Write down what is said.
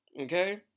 Okay